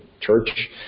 church